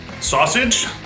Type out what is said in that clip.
sausage